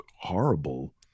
horrible